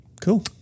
cool